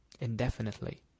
indefinitely